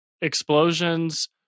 Explosions